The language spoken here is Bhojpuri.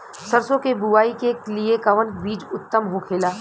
सरसो के बुआई के लिए कवन बिज उत्तम होखेला?